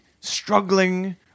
struggling